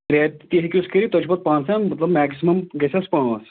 تہِ ہیٚکِوُس کٔرِتھ تۄہہِ چھُو پَتہٕ پانَس تام مطلب میکسِمم گژھٮ۪س پانٛژھ